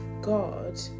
God